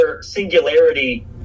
singularity